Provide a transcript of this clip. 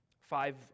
Five